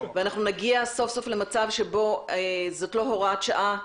ואנחנו נגיע סוף סוף למצב שבו זאת לא הוראת שעה,